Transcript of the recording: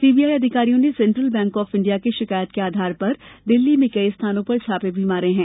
CBI अधिकारियों ने Central Bank of India की शिकायत के आधार पर दिल्ली में कई स्थानों पर छापे भी मारे हैं